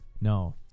No